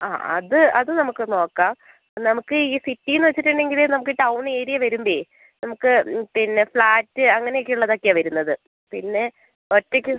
ആ അത് അത് നമുക്ക് നോക്കാം നമുക്ക് ഈ സിറ്റി എന്ന് വെച്ചിട്ടുണ്ടെങ്കിൽ നമുക്ക് ടൗൺ ഏരിയ വരുമ്പോഴേ നമുക്ക് ഹ്മ് പിന്ന ഫ്ലാറ്റ് അങ്ങനെ ഒക്കെ ഉള്ളതൊക്കെയാണ് വരുന്നത് പിന്നെ ഒറ്റയ്ക്ക്